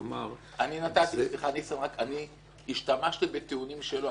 כלומר -- סליחה ניסן, אני השתמשתי בטיעונים שלו.